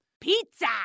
Pizza